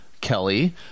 Kelly